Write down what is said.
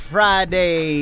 Friday